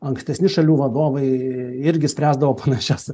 ankstesni šalių vadovai irgi spręsdavo panašias